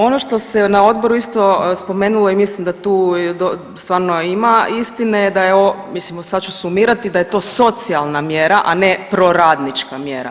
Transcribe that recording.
Ono što se na odboru isto spomenulo i mislim da tu stvarno ima istine je da mislim sad ću sumirati da je to socijalna mjera, a ne proradnička mjera.